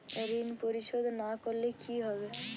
ঋণ পরিশোধ না করলে কি হবে?